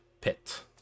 pit